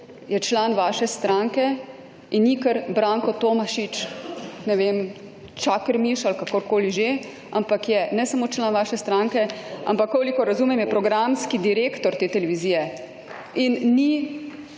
je član vaše stranke in ni kar Branko Tomašič, ne vem, Čakarmiš ali kakorkoli že, ampak je ne samo član vaše stranke, ampak, kolikor razumem, je programski direktor te televizije. In ni,